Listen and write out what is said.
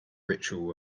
ritual